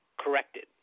corrected